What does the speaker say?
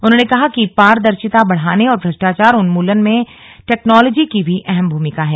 उन्होंने कहा कि पारदर्शिता बढ़ाने और भ्रष्टाचार उन्मूलन में टेक्नोलॉजी की भी अहम भूमिका है